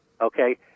okay